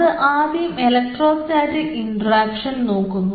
അത് ആദ്യം electrostatic introduction നോക്കുന്നു